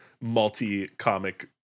multi-comic